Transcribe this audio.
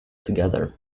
together